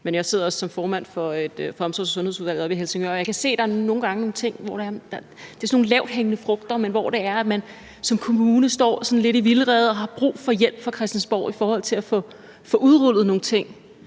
jeg sidder også som formand for omsorgs- og sundhedsudvalget oppe i Helsingør, og nu ved jeg jo fra praksis, at der nogle gange er nogle ting – det er sådan nogle lavthængende frugter – som gør, at man som kommune står sådan lidt i vildrede og har brug for hjælp fra Christiansborg i forhold til at få udrullet nogle ting.